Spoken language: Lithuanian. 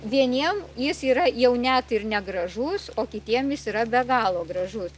vieniem jis yra jau net ir negražus o kitiem jis yra be galo gražus